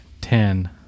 ten